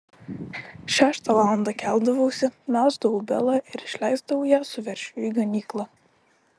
šeštą valandą keldavausi melždavau belą ir išleisdavau ją su veršiu į ganyklą